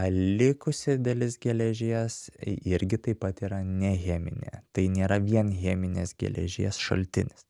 likusi dalis geležies irgi taip pat yra ne cheminė tai nėra vien cheminės geležies šaltinis